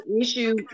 issue